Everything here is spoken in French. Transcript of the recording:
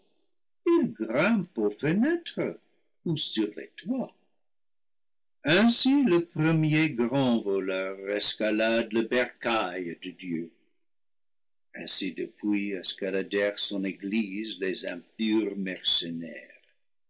sur les toits ainsi le premier grand voleur escalade le bercail de dieu ainsi depuis escaladèrent son église les impurs mercenaires